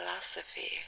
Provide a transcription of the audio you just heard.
Philosophy